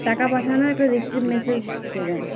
টাকা পাঠানো একটা রিসিভ মেসেজ দেবেন